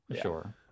sure